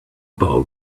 boat